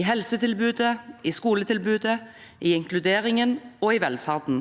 i helsetilbudet, i skoletilbudet, i inkluderingen og i velferden.